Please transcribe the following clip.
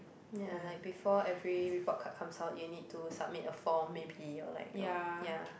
ya like before every report card comes out you need to submit a form maybe you're like orh ya